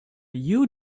you